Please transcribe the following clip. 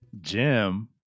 Jim